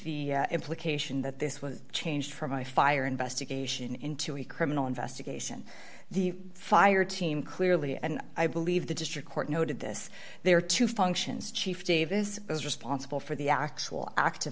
the implication that this was changed from my fire investigation into a criminal investigation the fire team clearly and i believe the district court noted this there are two functions chief davis was responsible for the actual act